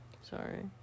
Sorry